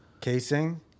casing